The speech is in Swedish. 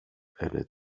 eller